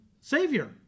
Savior